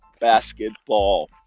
basketball